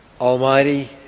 Almighty